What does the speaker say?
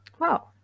wow